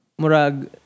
murag